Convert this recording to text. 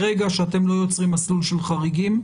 ברגע שאתם לא יוצרים מסלול של חריגים,